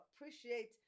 appreciate